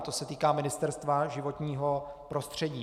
To se týká Ministerstva životního prostředí.